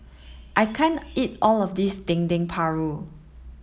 I can't eat all of this Dendeng Paru